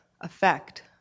effect